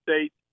States